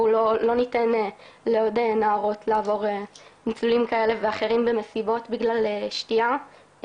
או לא ניתן לעוד נערות לעבור ניצולים כאלה ואחרים במסיבות בגלל שתיה.